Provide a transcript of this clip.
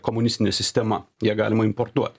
komunistinė sistema ją galima importuot